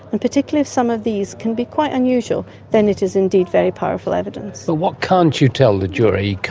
and particularly some of these can be quite unusual, then it is indeed very powerful evidence. but what can't you tell the jury?